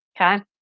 okay